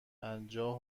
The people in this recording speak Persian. پنجاه